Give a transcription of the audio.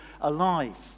alive